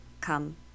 come